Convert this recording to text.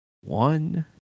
one